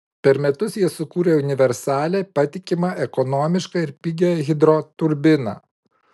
per metus jie sukūrė universalią patikimą ekonomišką ir pigią hidroturbiną